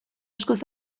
askoz